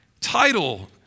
title